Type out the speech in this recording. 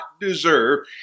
deserve